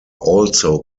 also